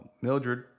Mildred